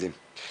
מדהים.